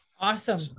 awesome